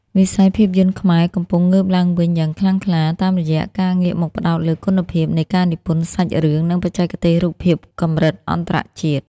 វិស័យភាពយន្តខ្មែរកំពុងងើបឡើងវិញយ៉ាងខ្លាំងក្លា តាមរយៈការងាកមកផ្តោតលើគុណភាពនៃការនិពន្ធសាច់រឿង និងបច្ចេកទេសរូបភាពកម្រិតអន្តរជាតិ។